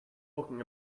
talking